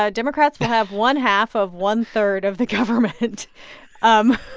ah democrats will have one-half of one-third of the government um